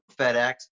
FedEx